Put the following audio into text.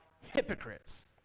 hypocrites